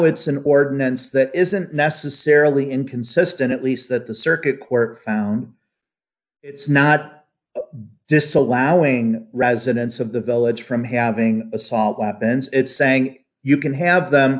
it's an ordinance that isn't necessarily inconsistent at least that the circuit court found it's not be disallowed wing residents of the village from having assault weapons it's saying you can have them